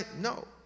No